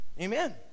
Amen